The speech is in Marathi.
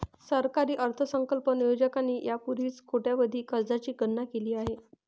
सरकारी अर्थसंकल्प नियोजकांनी यापूर्वीच कोट्यवधी कर्जांची गणना केली आहे